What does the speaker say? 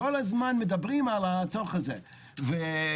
כל הזמן מדברים על הצורך הזה וכמובן,